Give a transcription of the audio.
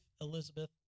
Elizabeth